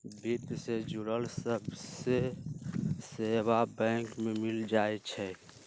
वित्त से जुड़ल सभ्भे सेवा बैंक में मिल जाई छई